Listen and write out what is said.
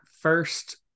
first